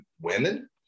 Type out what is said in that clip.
women